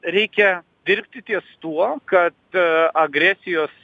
reikia dirbti ties tuo kad agresijos